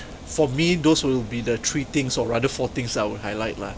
for me those will be the three things or rather four things that I would highlight lah